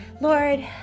Lord